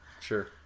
sure